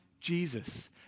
Jesus